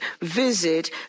visit